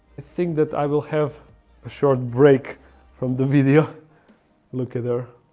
think that i will have a short break from the video look at her